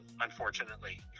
unfortunately